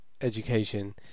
education